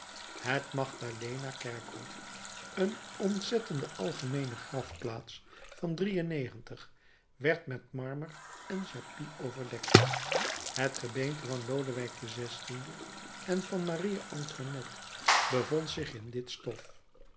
het magdalena kerkhof een ontzettende algemeene grafplaats van werd met marmer en jaspis overdekt het gebeente van lodewijk xvi en van maria antoinette bevond zich in dit stof